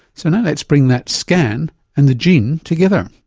so now let's bring that scan and the gene together.